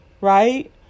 Right